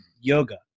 yoga